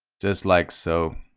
just like so